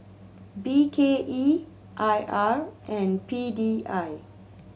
B K E I R and P D I